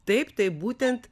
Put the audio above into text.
taip taip būtent